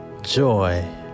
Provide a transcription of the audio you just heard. joy